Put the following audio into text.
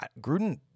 Gruden